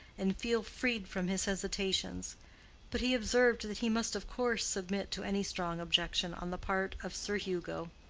and feel freed from his hesitations but he observed that he must of course submit to any strong objection on the part of sir hugo.